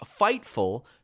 Fightful